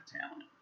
talent